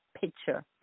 picture